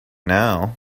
now